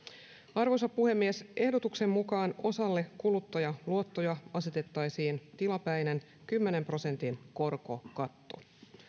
arvoisa puhemies ehdotuksen mukaan osalle kuluttajaluottoja asetettaisiin tilapäinen kymmenen prosentin korkokatto